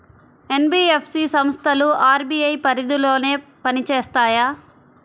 NBFC సంస్థలు RBI పరిధిలోనే పని చేస్తాయా?